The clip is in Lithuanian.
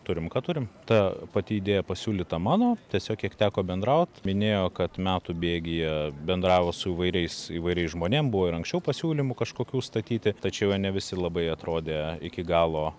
turim ką turim ta pati idėja pasiūlyta mano tiesiog kiek teko bendraut minėjo kad metų bėgyje bendravo su įvairiais įvairiais žmonėm buvo ir anksčiau pasiūlymų kažkokių statyti tačiau ne visi labai atrodė iki galo